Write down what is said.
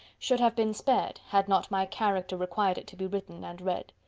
should have been spared, had not my character required it to be written and read.